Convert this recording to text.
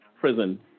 prison